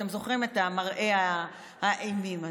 אתם זוכרים את מראה האימים הזה.